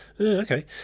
Okay